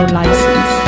license